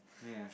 yes